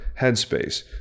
headspace